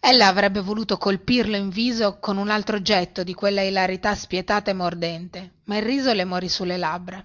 voi ella avrebbe voluto colpirlo in viso con un altro getto di quella ilarità spietata e mordente ma il riso le morì sulle labbra